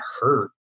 hurt